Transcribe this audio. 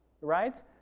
right